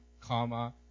comma